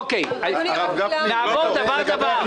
נעבור דבר דבר.